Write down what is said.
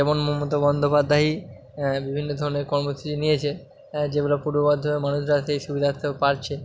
যেমন মমতা বন্দ্যোপাধ্যায়ই বিভিন্ন ধরনের কর্মসূচি নিয়েছে যেগুলো পূর্ব বর্ধমানের মানুষরা সেই সুবিদার্থেও পারছে